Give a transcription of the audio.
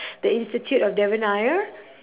the institute of devan nair